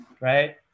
Right